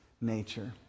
nature